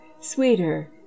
sweeter